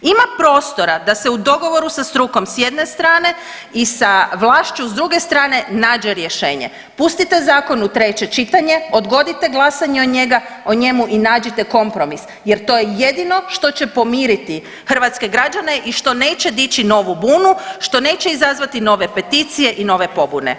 Ima prostora da se u dogovoru sa strukom s jedne strane i sa vlašću s druge strane nađe rješenje, pustite zakon u treće čitanje, odgodite glasanje o njemu i nađite kompromis jer to je jedino što će pomiriti hrvatske građane i što neće dići novu bunu, što neće izazvati nove peticije i nove pobune.